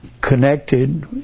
connected